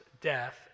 death